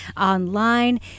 online